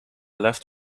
left